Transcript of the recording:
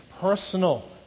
personal